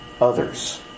others